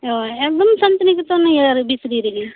ᱦᱮᱸ ᱮᱠᱫᱚᱢ ᱥᱟᱱᱛᱤᱱᱤᱠᱮᱛᱚᱱ ᱤᱭᱟᱹ ᱵᱷᱤᱛᱨᱤ ᱨᱮᱜᱮ